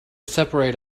separate